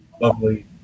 lovely